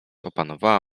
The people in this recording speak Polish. opanowała